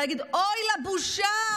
להגיד: אוי לבושה,